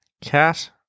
Cat